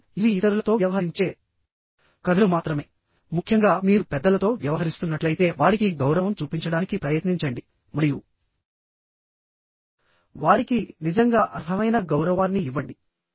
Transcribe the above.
కాబట్టిఇవి ఇతరులతో వ్యవహరించే కథలు మాత్రమే ముఖ్యంగా మీరు పెద్దలతో వ్యవహరిస్తున్నట్లయితే వారికి గౌరవం చూపించడానికి ప్రయత్నించండి మరియు వారికి నిజంగా అర్హమైన గౌరవాన్ని ఇవ్వండి